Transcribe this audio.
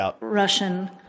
Russian